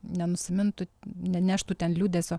nenusimintų neneštų ten liūdesio